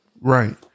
right